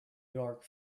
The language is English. york